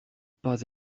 pas